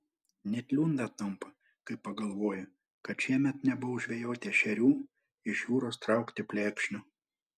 net liūdna tampa kai pagalvoju kad šiemet nebuvau žvejoti ešerių iš jūros traukti plekšnių